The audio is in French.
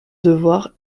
devoir